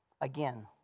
again